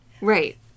Right